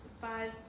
five